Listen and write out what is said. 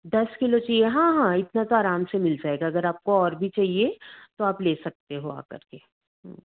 दस किलो चाहिए हाँ हाँ इतना तो आराम से मिल जाएगा अगर आपको और भी चाहिए तो आप ले सकते हो आकर के